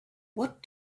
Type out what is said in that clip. what